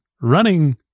running